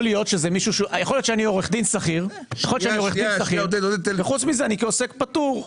יכול להיות שאני עורך דין שכיר וחוץ מזה אני כעוסק פטור,